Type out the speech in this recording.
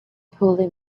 poorly